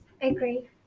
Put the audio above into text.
agree